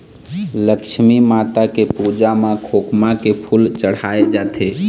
लक्छमी माता के पूजा म खोखमा के फूल चड़हाय जाथे